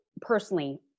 personally